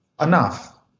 enough